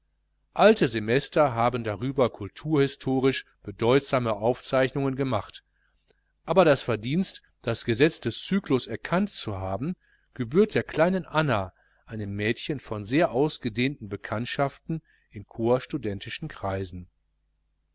alte semester haben darüber kulturhistorisch bedeutsame aufzeichnungen gemacht aber das verdienst das gesetz des cyklus erkannt zu haben gebührt der kleinen anna einem mädchen von sehr ausgedehnten bekanntschaften in corpsstudentischen kreisen